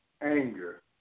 anger